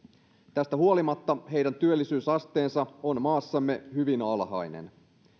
tästä huolimatta heidän työllisyysasteensa on maassamme hyvin alhainen